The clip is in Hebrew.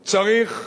צריך,